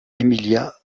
emilia